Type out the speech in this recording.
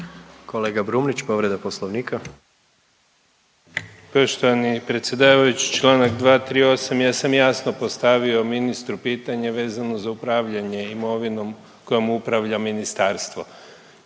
**Brumnić, Zvane (Nezavisni)** Poštovani predsjedavajući. Čl. 238. ja sam jasno postavio ministru pitanje vezano za upravljanje imovinom kojom upravlja ministarstvo.